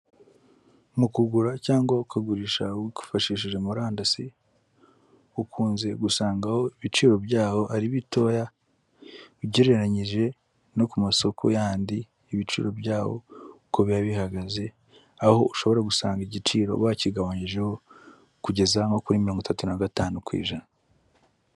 Mu kugura cyangwa ukagurisha wifashishije murandasi, ukunze gusangaho ibiciro byaho ari bitoya ugereranyije no ku masoko yandi ibiciro byaho uko biba bihagaze, aho ushobora gusanga igiciro bakigabanyijeho kugeza nko kuri mirongo itatu nagatanu ku ijana